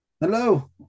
Hello